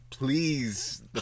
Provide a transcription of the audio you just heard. please